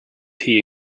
tea